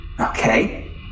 Okay